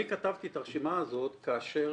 אני כתבתי את הרשימה הזאת כאשר